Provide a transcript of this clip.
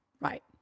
Right